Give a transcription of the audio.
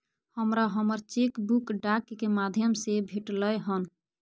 हमरा हमर cheque book डाक के माध्यम से भेटलय हन